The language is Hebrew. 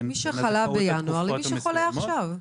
בין מי שחלה בינואר למי שחולה עכשיו?